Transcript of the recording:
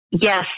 Yes